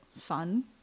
fun